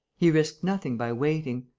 he risked nothing by waiting.